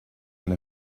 and